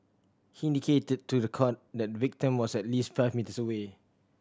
he indicated to the court that the victim was at least five metres away